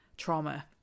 trauma